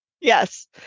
Yes